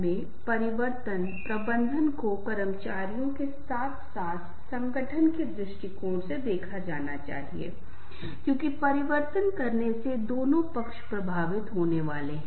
वे बहुत प्यार और स्नेह विकसित करते हैं हमने देखा है कि ऐसे लोग हैं जो घरेलू जानवर जैसे कुत्ते के साथ ज्यादातर समय बिता रहे हैं क्योंकि वे उनके साथ प्यार का रिश्ता विकसित करते हैं